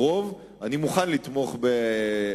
כאן רוב: אני מוכן לתמוך בהצעתך,